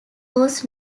was